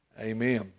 amen